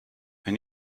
wenn